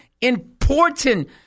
important